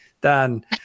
Dan